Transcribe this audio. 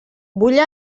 vull